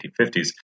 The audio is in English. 1950s